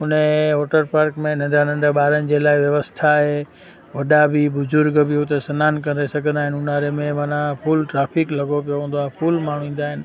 हुनजे water park में नंढा नंढा ॿारनि जे लाइ व्यवस्था आहे वॾा भी बुज़ुर्गु बि हुते सनानु करे सघंदा आहिनि ऊन्हारे में माना फुल ट्राफिक लॻो पियो हूंदो आहे फुल माण्हू ईंदा आहिनि